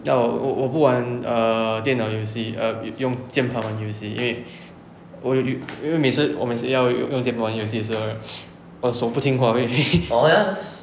ya 我我不玩 err 电脑游戏 err 用用肩膀的游戏因为我有因为每次我每次要用用肩膀的时候 right 我手不听话会